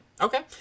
Okay